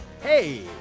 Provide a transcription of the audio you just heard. Hey